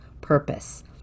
purpose